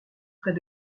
près